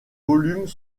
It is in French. volumes